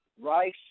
Rice